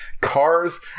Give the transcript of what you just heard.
Cars